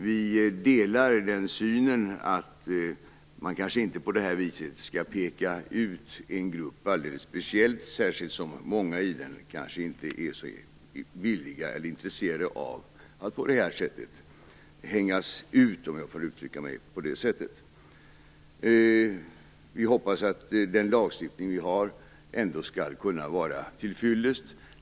Vi delar synen att man kanske inte speciellt skall peka ut en grupp på det här viset, särskilt som många i den kanske inte är så villiga eller intresserade av att hängas ut på det sättet, om jag får uttrycka mig så. Vi hoppas att den lagstiftning vi har ändå skall kunna vara till fyllest.